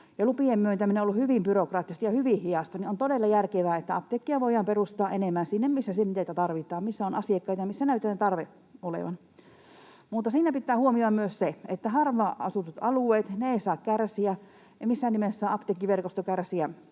lupien myöntäminen on ollut hyvin byrokraattista ja hyvin hidasta, ja on todella järkevää, että apteekkeja voidaan perustaa enemmän sinne, missä niitä tarvitaan, missä on asiakkaita ja missä näyttää tarvetta olevan. Mutta siinä pitää huomioida myös se, että harvaan asutut alueet eivät saa kärsiä eikä missään nimessä apteekkiverkosto kärsiä,